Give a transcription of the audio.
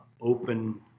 open